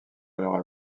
alors